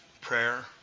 Prayer